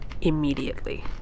immediately